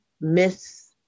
miss